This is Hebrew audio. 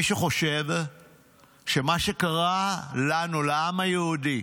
מי שחושב שמה שקרה לנו, לעם היהודי,